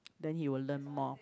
then he will learn more